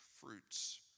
fruits